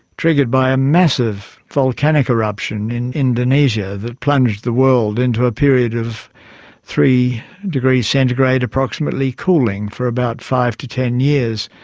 triggered by a massive volcanic eruption in indonesia that plunged the world into a period of three degrees centigrade approximately cooling for about five to ten years.